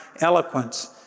eloquence